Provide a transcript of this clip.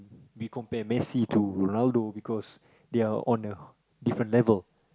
we compare Messi to Ronaldo because they are on a different level